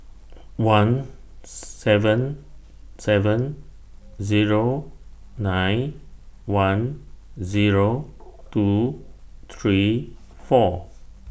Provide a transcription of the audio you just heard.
one seven seven Zero nine one Zero two three four